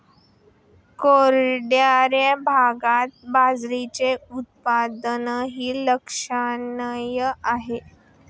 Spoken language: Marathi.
कोरड्या भागात बाजरीचे उत्पादनही लक्षणीय आहे